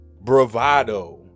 bravado